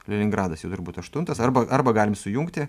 leningradas jau turbūt aštuntas arba arba galim sujungti